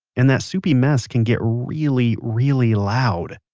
and that soupy mess can get really, really loud.